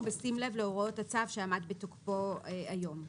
בשים לב להורות הצו שעמד בתוקפו היום.